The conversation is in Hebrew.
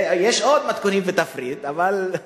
יש עוד מתכונים ותפריט, אבל,